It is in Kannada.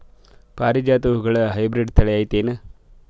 ಪಾರಿಜಾತ ಹೂವುಗಳ ಹೈಬ್ರಿಡ್ ಥಳಿ ಐತೇನು?